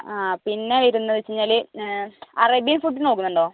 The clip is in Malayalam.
ആ പിന്നെ വരുന്നത് വെച്ച് കഴിഞ്ഞാൽ അറേബ്യൻ ഫുഡ്ഡ് നോക്കുന്നുണ്ടോ